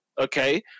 okay